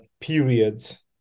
periods